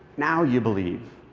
now you believe.